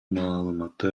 маалыматты